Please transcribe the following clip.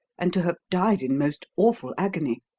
and to have died in most awful agony.